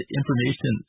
information